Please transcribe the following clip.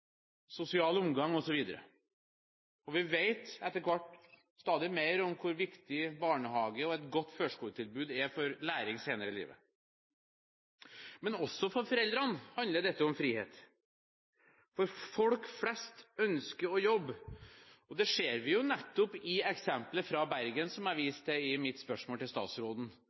sosial omgang osv., og vi vet etter hvert stadig mer om hvor viktig barnehage og et godt førskoletilbud er for læring senere i livet. Men også for foreldrene handler dette om frihet, for folk flest ønsker å jobbe. Dette ser vi nettopp i eksemplet fra Bergen, som jeg viste til i mitt spørsmål til statsråden.